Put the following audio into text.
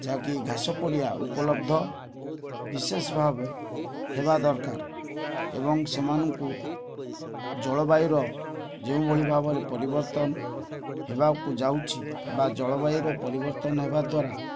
ଯାହାକି ଘାସ ପଡ଼ିଆ ଉପଲବ୍ଧ ବିଶେଷ ଭାବେ ହେବା ଦରକାର ଏବଂ ସେମାନଙ୍କୁ ଜଳବାୟୁର ଯେଉଁଭଳି ଭାବରେ ପରିବର୍ତ୍ତନ ହେବାକୁ ଯାଉଛି ବା ଜଳବାୟୁର ପରିବର୍ତ୍ତନ ହେବା ଦ୍ୱାରା